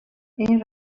این